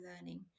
learning